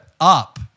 Up